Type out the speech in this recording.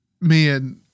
Man